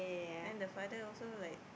then the father also like